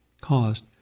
caused